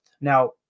Now